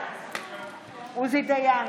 בעד עוזי דיין,